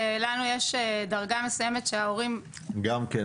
לנו יש דרגה מסוימת שההורים --- גם כן,